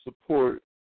support